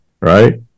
right